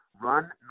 run